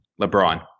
LeBron